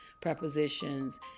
prepositions